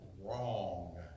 wrong